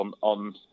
on